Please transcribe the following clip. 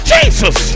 Jesus